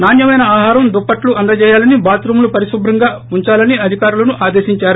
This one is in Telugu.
నాణ్య మైన ఆహారం దుప్పట్లు అందచేయాలని బాత్రూమ్లు పరి శుభ్రంగా ఉంచాలని అధికారులను ఆదేశించారు